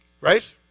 right